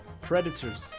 Predators